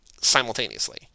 simultaneously